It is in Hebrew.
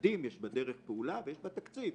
יש בה דרך פעולה ויש בה תקציב.